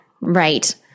Right